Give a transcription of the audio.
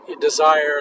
desire